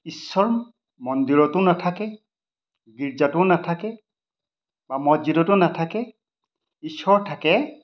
ঈশ্বৰ মন্দিৰতো নাথাকে গীৰ্জাতো নাথাকে বা মছজিদতো নাথাকে ঈশ্বৰ থাকে